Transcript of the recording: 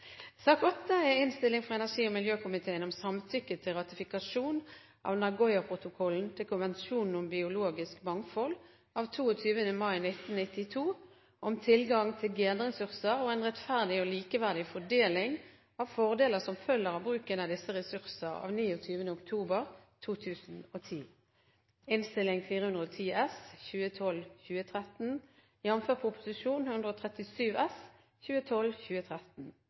sak nr. 8, Prop. 137 S om Miljøverndepartementets forslag til samtykke til ratifikasjon av Nagoya-protokollen til konvensjon om biologisk mangfold av 22. mai 1992, om tilgang til genressurser og en rettferdig fordeling av fordelene som følger av bruken av disse ressursene. Nagoya-protokollen ble vedtatt med konsensus på det 10. partsmøtet for Konvensjonen om biologisk mangfold i Nagoya i Japan 18.–29. oktober 2010.